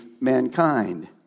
mankind